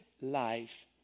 life